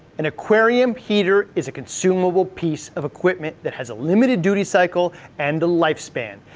an aquarium heater is a consumable piece of equipment that has a limited duty cycle and a lifespan,